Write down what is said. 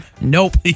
Nope